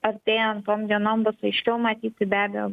artėjant tom dienom bus aiškiau matyti be abejo